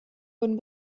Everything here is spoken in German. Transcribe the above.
wurden